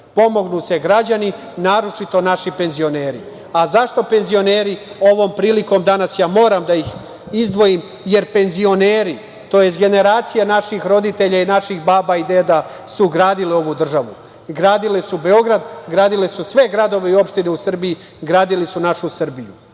Pomognu se građani, a naročito naši penzioneri.Zašto penzioneri? Ovom prilikom danas ja moram da ih izdvojim, jer penzioneri, tj. generacija naših roditelja i naših baba i deda su gradili ovu državu, gradili su Beograd, gradili su sve gradove i opštine u Srbiji, gradili su našu Srbiju.